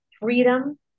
freedom